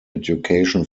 education